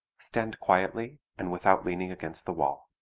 stand quietly and without leaning against the wall.